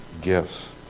gifts